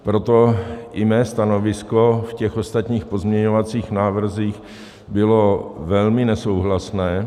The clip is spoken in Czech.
Proto i mé stanovisko v těch ostatních pozměňovacích návrzích bylo velmi nesouhlasné.